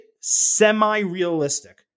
semi-realistic